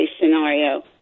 scenario